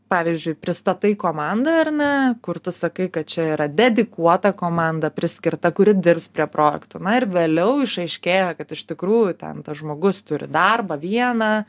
pavyzdžiui pristatai komandą ar ne kur tu sakai kad čia yra dedikuota komanda priskirta kuri dirbs prie projekto na ir vėliau išaiškėja kad iš tikrųjų ten tas žmogus turi darbą vieną